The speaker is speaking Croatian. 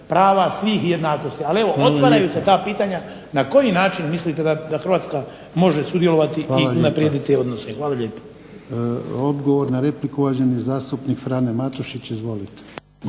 prava svih i jednakosti. Ali evo, otvaraju se ta pitanja na koji način mislite da Hrvatska može sudjelovati i unaprijediti odnose. Hvala lijepa. **Jarnjak, Ivan (HDZ)** Odgovor na repliku uvaženi zastupnik Frane Matušić. Izvolite.